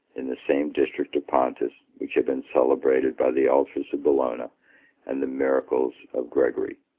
in the same district of pontus which had been celebrated by the altars of bellona and the miracles of gregory.